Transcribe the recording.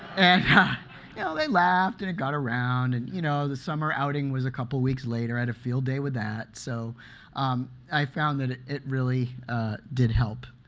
and you know they laughed and it got around. and you know, the summer outing was a couple of weeks later, had a field day with that. so i found that it it really did help.